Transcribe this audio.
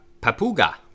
Papuga